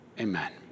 Amen